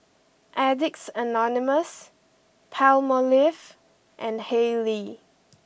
Addicts Anonymous Palmolive and Haylee